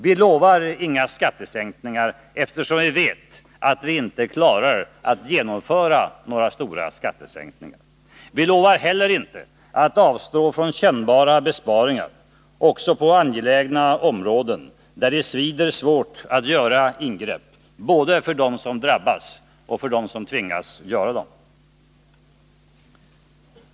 Vi lovar inga skattesänkningar, eftersom vi vet att vi inte klarar att genomföra några stora sådana. Vi lovar inte heller att avstå från kännbara besparingar också på angelägna områden, där ingreppen svider svårt både för dem som drabbas och för dem som tvingas göra ingreppen.